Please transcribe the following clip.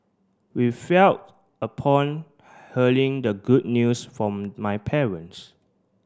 we felt upon hearing the good news from my parents